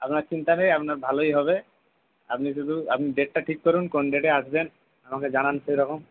আপনার চিন্তা নেই আপনার ভালোই হবে আপনি শুধু আপনি ডেটটা ঠিক করুন কোন ডেটে আসবেন আমাকে জানান সেরকম